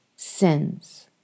Sins